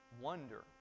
wonder